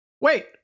wait